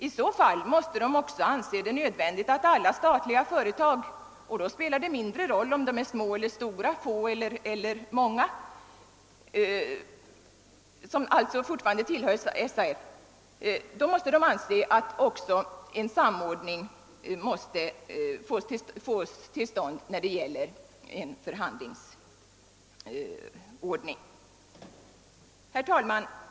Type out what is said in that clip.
I så fall måste de också anse det nödvändigt att alla statliga företag som fortfarande tillhör SAF — och då spelar det mindre roll om de är små eller stora, få eller många — samordnas när det gäller förhandlingsorganisation. Herr talman!